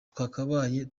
twakabaye